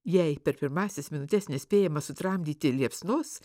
jei per pirmąsias minutes nespėjama sutramdyti liepsnos